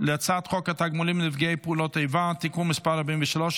על הצעת חוק התגמולים לנפגעי פעולות איבה (תיקון מס' 43),